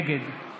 נגד